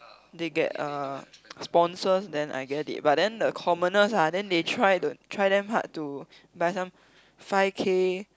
they get uh sponsors then I get it but then the commoners ah then they try to try damn hard to buy some five K